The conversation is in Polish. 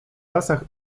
lasach